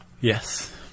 Yes